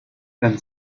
then